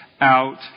out